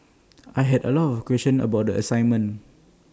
I had A lot of questions about the assignment